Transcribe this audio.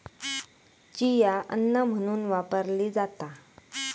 chia अन्न म्हणून वापरली जाता